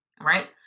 Right